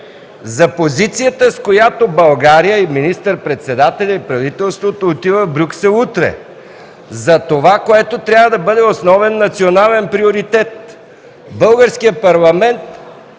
за позицията, с която България, министър-председателят и правителството отиват в Брюксел утре; за това, което трябва да бъде основен национален приоритет. Българският парламент